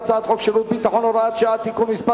הצעת חוק שירות ביטחון (הוראת שעה) (תיקון מס'